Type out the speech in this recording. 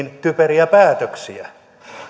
typeriä päätöksiä